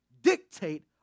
dictate